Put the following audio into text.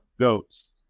goats